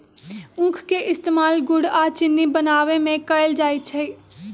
उख के इस्तेमाल गुड़ आ चिन्नी बनावे में कएल जाई छई